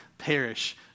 perish